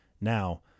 Now